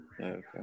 Okay